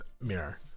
mirror